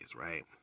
right